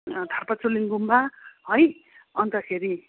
थार्पाथुलिङ गुम्बा है अन्तखेरि